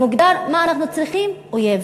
מוגדר, מה אנחנו צריכים, אויב.